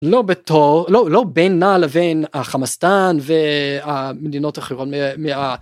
לא בתור לא לא בינה לבין החמאסטן ומדינות אחרות.